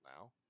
now